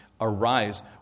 arise